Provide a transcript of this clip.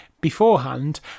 beforehand